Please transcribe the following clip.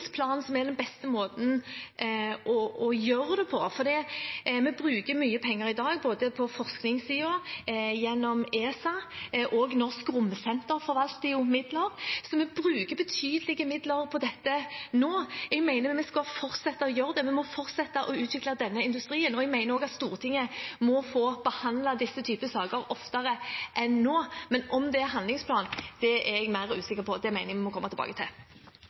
som er den beste måten å gjøre det på. Vi bruker mye penger i dag både på forskningssiden og gjennom ESA, og Norsk Romsenter forvalter jo midler. Så vi bruker betydelige midler på dette nå. Jeg mener vi skal fortsette å gjøre det – vi må fortsette å utvikle denne industrien. Jeg mener også at Stortinget må få behandlet slike saker oftere enn nå. Men om det er gjennom en handlingsplan, er jeg mer usikker på. Det mener jeg vi må komme tilbake til.